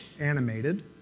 animated